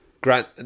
Grant